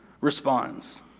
responds